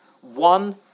One